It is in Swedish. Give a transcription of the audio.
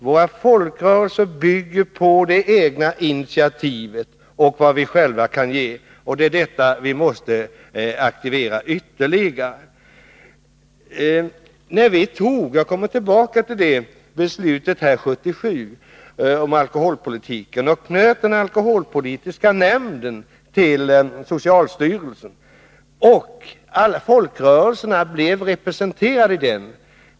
Våra folkrörelser bygger på det egna intiativet och vad vi själva kan ge. Detta måste vi aktivera ytterligare. År 1977 — jag kommer tillbaka till detta — fattade vi beslut om alkoholpolitiken och knöt den alkoholpolitiska nämnden till socialstyrelsen. 181 Folkrörelserna var representerade i nämnden.